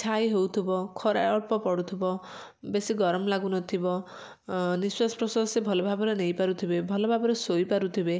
ଛାଇ ହଉ ଥିବ ଖରା ଅଳ୍ପ ପଡ଼ୁଥିବ ବେଶୀ ଗରମ ଲାଗୁ ନ ଥିବ ନିଶ୍ୱାସ ପ୍ରଶ୍ୱାସ ଭଲରେ ନେଇ ପାରୁଥିବେ ଭଲ ଭାବରେ ଶୋଇପାରୁଥିବେ